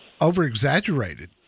over-exaggerated